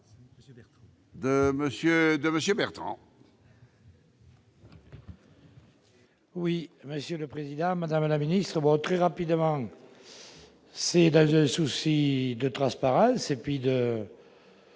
! Monsieur Bertrand,